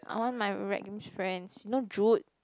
I want my rec games friends you know Jude